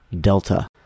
Delta